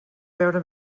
veure